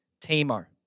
Tamar